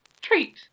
Treat